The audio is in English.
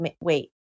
wait